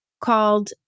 called